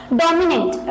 dominant